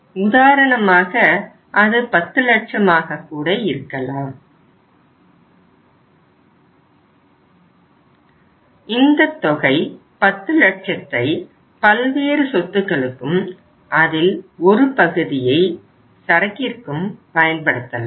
உதாரணமாக அது 10 லட்சம் ஆக கூட இருக்கலாம் இந்தத் தொகை 10 லட்சத்தை பல்வேறு சொத்துக்களுக்கும் அதில் ஒரு பகுதியை சரக்கிற்கும் பயன்படுத்தலாம்